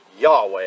Yahweh